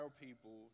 people